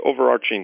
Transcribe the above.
overarching